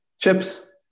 chips